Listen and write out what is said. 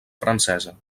francesa